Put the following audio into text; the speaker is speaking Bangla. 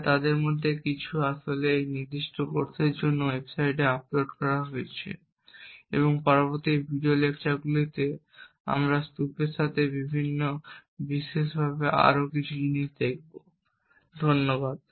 তবে এবং তাদের মধ্যে কিছু আসলে এই নির্দিষ্ট কোর্সের জন্য ওয়েবসাইটে আপলোড করা হয়েছে এবং পরবর্তী ভিডিও লেকচারগুলিতে আমরা স্তুপের সাথে বিশেষভাবে আরও কিছু জিনিস দেখব ধন্যবাদ